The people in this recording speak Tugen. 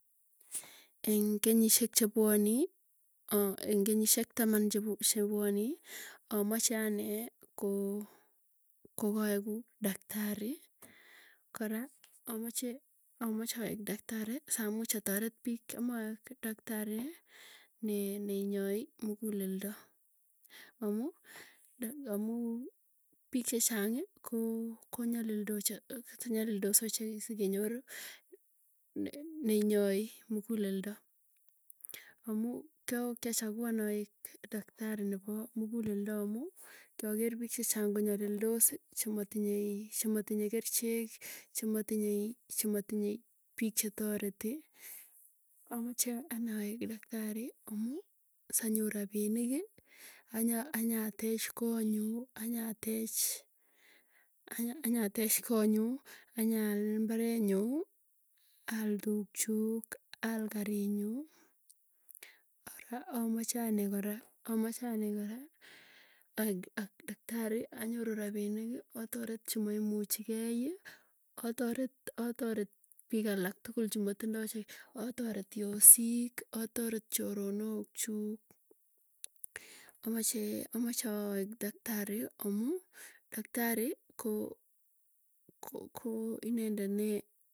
Eng kenyishiek chepwani aa eng kenyisiek tam chepwanii amache anee koo, kokaeku daktari, kora amache aek daktari samuuch ataret piik, amoek daktari nee neinyai, mukuleldo amuu, piik chechang ko nyalildos chamatinyei, chematinyei kerichek. Chematinye chematinye piik chetareti, amache anee aek daktari amuu sanyorr rapinik anya tech konyuu, anyatech konyuch anyaal mbaret nyuu, al tukchuk al kart nyu ara amache ane kora aek daktari anyoru rapinik ataret chemaimuchigei. Ataret ataret piik alak tukul tukul chematindoo che atoret yosiik ataret chronok chuuk, amache amache aek daktari amuu daktari ko inendet nee.